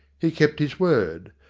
he kept his word.